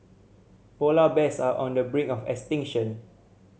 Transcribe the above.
polar bears are on the brink of extinction